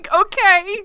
okay